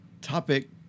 topic